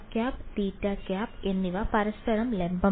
ലംബമായ rˆ θˆ എന്നിവ പരസ്പരം ലംബമായി